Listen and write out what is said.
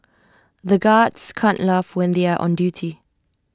the guards can't laugh when they are on duty